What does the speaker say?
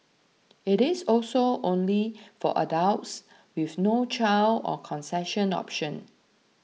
it is also only for adults with no child or concession option